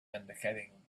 indicating